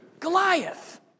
Goliath